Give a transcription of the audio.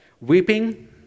Weeping